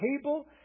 table